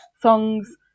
songs